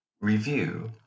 review